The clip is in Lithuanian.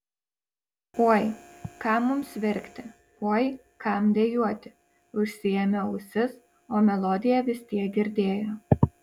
oi kam mums verkti oi kam dejuoti užsiėmė ausis o melodiją vis tiek girdėjo